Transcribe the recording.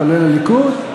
כולל הליכוד,